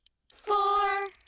four